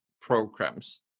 programs